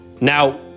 Now